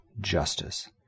justice